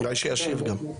אולי שישיב גם.